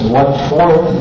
one-fourth